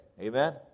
Amen